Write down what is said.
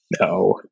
No